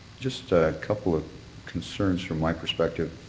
just a couple of concerns from my perspective,